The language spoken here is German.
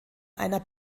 einer